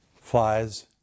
Flies